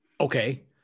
Okay